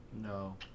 No